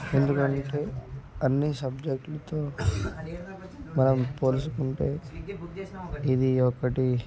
ఎందుకంటే అన్ని సబ్జెక్టుతో మనం పోల్చుకుంటే ఇది ఒకటి